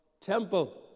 temple